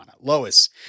lois